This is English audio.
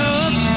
up